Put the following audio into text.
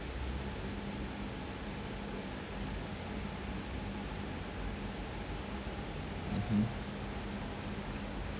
mmhmm